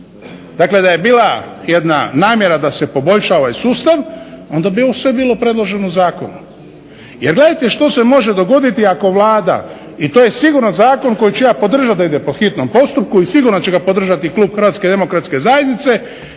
Dakle, da je bila jedna namjera da se poboljša ovaj sustav onda bi ovo sve bilo predloženo zakonom. Jer gledajte što se može dogoditi ako Vlada i to je sigurno zakon koji ću ja podržat da ide po hitnom postupku i sigurno će ga podržat i klub Hrvatske demokratske zajednice,